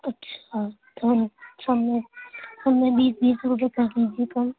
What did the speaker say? اچھا تو سب میں سب میں بیس بیس روپئے کر دیجیے کم